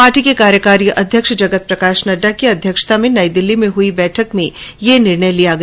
party के कार्यकारी अध्यक्ष जगत प्रकाश नड्डा की अध्यक्षता में नई दिल्ली में हुई बैठक में यह निर्णय लिया गया